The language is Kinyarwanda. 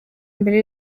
mbere